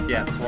Yes